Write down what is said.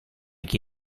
che